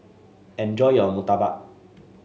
enjoy your murtabak